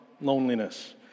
loneliness